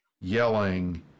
yelling